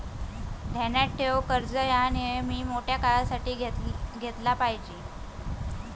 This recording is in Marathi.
ध्यानात ठेव, कर्ज ह्या नेयमी मोठ्या काळासाठी घेतला पायजे